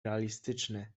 realistyczny